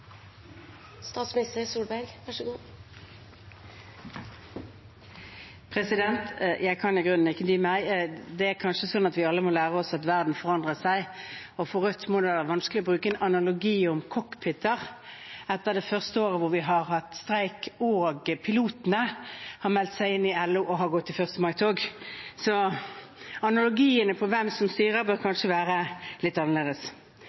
kanskje sånn at vi alle må lære oss at verden forandrer seg. For Rødt må det være vanskelig å bruke en analogi om cockpiter etter det første året hvor pilotene har i vært streik, har meldt seg inn i LO og har gått i 1. mai-tog. Analogien når det gjelder hvem som styrer, bør kanskje være litt annerledes.